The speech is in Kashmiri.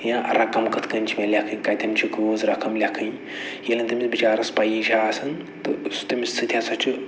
یا رَقَم کِتھ کٔنۍ چھِ مےٚ لیٚکھٕنۍ کَتٮ۪ن چھِ کۭژ رَقَم لیٚکھٕنۍ ییٚلہِ نہٕ تٔمِس بِچارَس پَیی چھےٚ آسان تہٕ سُہ تٔمِس سۭتۍ ہسا چھِ